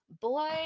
boy